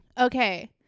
Okay